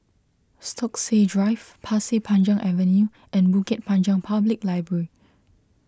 Stokesay Drive Pasir Panjang Avenue and Bukit Panjang Public Library